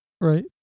Right